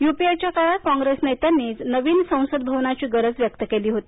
UPA च्या काळात कॉंग्रेस नेत्यांनीचं नवीन संसद भवनाची गरज व्यक्त केली होती